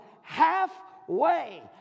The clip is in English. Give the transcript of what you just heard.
halfway